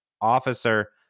officer